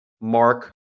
Mark